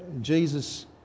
Jesus